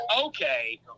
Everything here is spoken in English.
okay